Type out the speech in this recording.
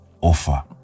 offer